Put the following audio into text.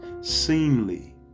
seemly